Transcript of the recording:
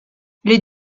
les